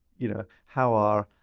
you know, how are,